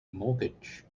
mortgage